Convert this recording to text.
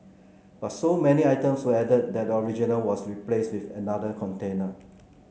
but so many items were added that the original was replaced with another container